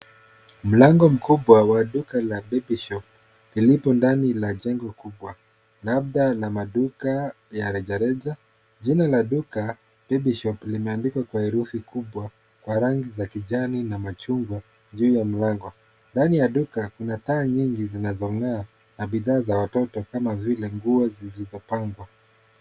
Mlango mkubwa wa duka la Baby Shop ilipo ndani la jengo kubwa labda la maduka ya rejareja. Jina la duka Baby Shop limeandikwa kwa herufi kubwa kwa rangi za kijani na machungwa juu ya mlango. Ndani ya duka, kuna taa nyingi zinazong'aa na bidhaa za watoto kama vile nguo zilizopangwa.